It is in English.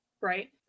right